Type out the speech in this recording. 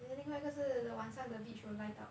and then 另外一个是 the 晚上 the beach will light up